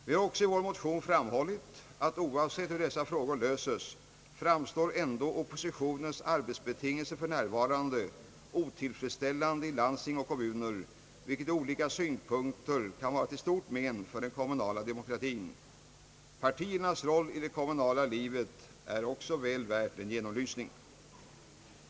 Vi har också i vår motion framhållit att, oavsett hur dessa frågor löses, framstår ändå oppositionens arbetsbetingelser för närvarande som otillfredsställande i landsting och kommuner, vilket ur olika synpunkter kan vara till stort men för den kommunala demokratin. Partiernas roll i det kommunala livet är även väl värt en genomlysning.